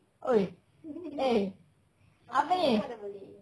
!oi! eh apa ni